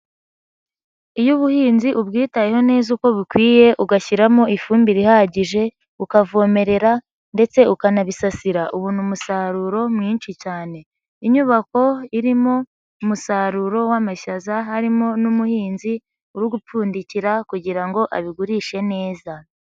Iyo ubuhinzi ubwitayeho neza uko bikwiye ugashyiramo ifumbire ihagije, ukavomerera ndetse ukanabisasira ubona umusaruro mwinshi cyane. Inyubako irimo umusaruro w'amashyaza harimo n'umuhinzi uri gupfundikira kugira ngo abigurishe neza.